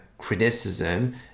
criticism